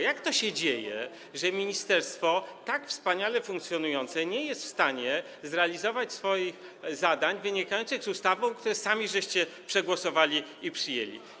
Jak to się dzieje, że ministerstwo tak wspaniale funkcjonujące nie jest w stanie zrealizować swoich zadań wynikających z ustawy, którą sami przegłosowaliście i przyjęliście?